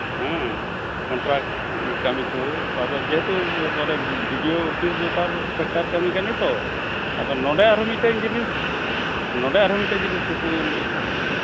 ᱦᱮᱸ ᱠᱚᱱᱴᱨᱟᱠᱴ ᱠᱟᱹᱢᱤ ᱠᱚ ᱟᱫᱚ ᱡᱮᱦᱮᱛᱩ ᱢᱟᱱᱮ ᱵᱤᱰᱤᱳ ᱚᱯᱷᱤᱥ ᱵᱮᱯᱟᱨ ᱠᱟᱹᱢᱤ ᱠᱟᱱᱟ ᱛᱚ ᱟᱫᱚ ᱱᱚᱸᱰᱮ ᱟᱨᱦᱚᱸ ᱢᱤᱫᱴᱟᱱ ᱡᱤᱱᱤᱥ ᱱᱚᱸᱰᱮ ᱟᱨᱦᱚᱸ ᱢᱤᱫᱴᱟᱱ ᱡᱤᱱᱤᱥ ᱠᱩᱠᱩᱞ